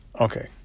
Okay